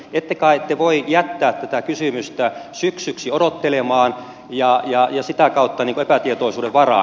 ette kai te voi jättää tätä kysymystä syksyksi odottelemaan ja sitä kautta epätietoisuuden varaan